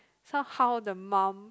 somehow the mum